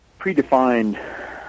predefined